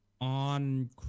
on